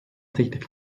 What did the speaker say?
teklif